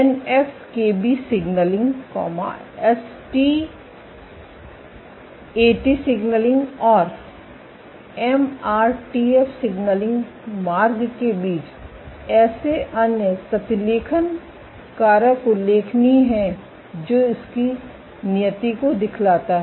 NF KB signalling STAT signalling और MRTF signalling मार्ग के बीच ऐसे अन्य प्रतिलेखन कारक उल्लेखनीय हैं जो इसकी नियति को दिखलाता है